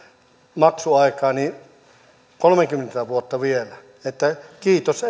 maksuaikaa riittää kolmekymmentä vuotta vielä että kiitos